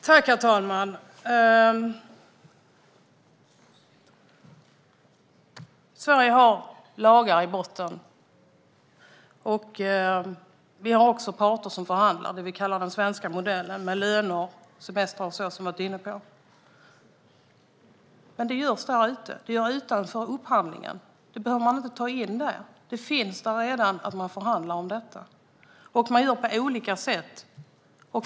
Herr talman! Sverige har lagar i botten. Vi har också parter som förhandlar om löner och semestrar och sådant som vi har varit inne på - det vi kallar den svenska modellen. Men det görs där ute. Det görs utanför upphandlingen. Det behöver man inte ta in där. Det finns redan med att man förhandlar om detta. Man gör på olika sätt.